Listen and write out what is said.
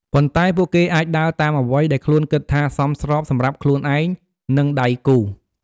ប៉ុន្តែពួកគេអាចដើរតាមអ្វីដែលខ្លួនគិតថាសមស្របសម្រាប់ខ្លួនឯង និងដៃគូ។